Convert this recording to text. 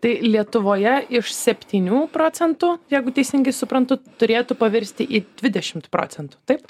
tai lietuvoje iš septynių procentų jeigu teisingai suprantu turėtų pavirsti į dvidešimt procentų taip